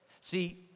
See